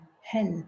help